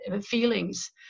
feelings